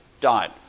died